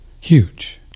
huge